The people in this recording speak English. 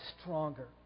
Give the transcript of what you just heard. stronger